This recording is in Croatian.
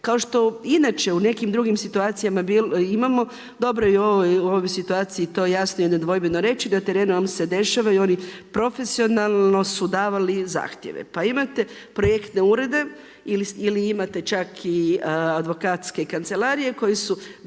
Kao što inače u nekim drugim situacijama imamo dobro je i u ovoj situaciji to jasno i nedvojbeno reći na terenu vam se dešavaju … profesionalno su davali zahtjeve. Pa imate projektne urede ili imate čak i advokatske kancelarije koje su